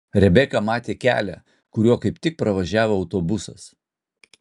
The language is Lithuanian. rebeka matė kelią kuriuo kaip tik pravažiavo autobusas